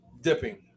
dipping